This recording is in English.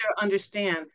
understand